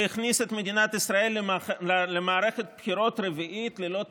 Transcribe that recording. הוא הכניס את מדינת ישראל למערכת בחירות רביעית ללא תקציב,